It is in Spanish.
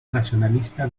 nacionalista